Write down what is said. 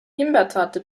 himbeertorte